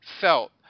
felt